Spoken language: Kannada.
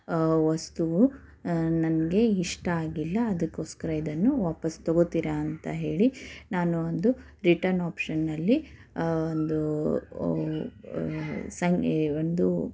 ವಸ್ತುವು ನನಗೆ ಇಷ್ಟ ಆಗಿಲ್ಲ ಅದಕ್ಕೋಸ್ಕರ ಇದನ್ನು ವಾಪಸ್ಸು ತಗೋತೀರಾ ಅಂತ ಹೇಳಿ ನಾನು ಒಂದು ರಿಟರ್ನ್ ಆಪ್ಷನ್ನಲ್ಲಿ ಒಂದು ಸಂಖ್ ಒಂದು